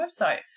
website